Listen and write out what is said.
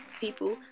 people